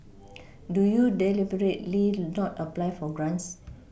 do you deliberately not apply for grants